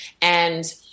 And-